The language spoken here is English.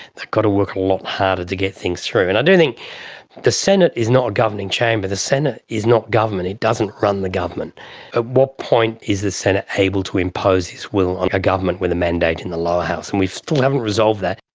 got to work a lot harder to get things through. and i do think the senate is not a governing chamber, the senate is not government, it doesn't run the government. at what point is the senate able to impose its will on a government with a mandate in the lower house? and we still haven't resolved that.